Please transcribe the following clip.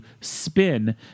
spin